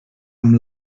amb